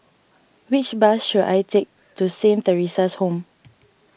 which bus should I take to Saint theresa's Home